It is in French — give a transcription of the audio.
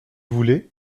voulez